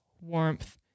warmth